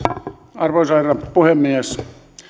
arvoisa herra puhemies